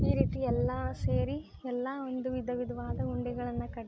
ಈ ರೀತಿ ಎಲ್ಲ ಸೇರಿ ಎಲ್ಲ ಒಂದು ವಿಧವಿಧವಾದ ಉಂಡೆಗಳನ್ನು ಕಟ್ತೀವಿ